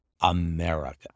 America